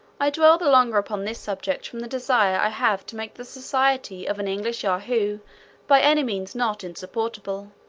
i dwell the longer upon this subject from the desire i have to make the society of an english yahoo by any means not insupportable